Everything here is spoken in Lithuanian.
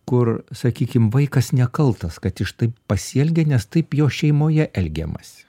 kur sakykim vaikas nekaltas kad taip pasielgė nes taip jo šeimoje elgiamasi